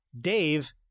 Dave